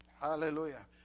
Hallelujah